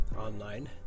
Online